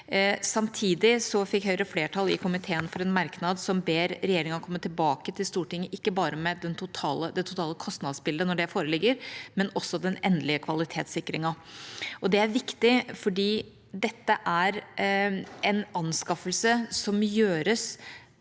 Samtidig fikk Høyre flertall i komiteen for en merknad som ber regjeringa komme tilbake til Stortinget, ikke bare med det totale kostnadsbildet når det foreligger, men også med den endelige kvalitetssikringen. Det er viktig, for dette er en anskaffelse som gjøres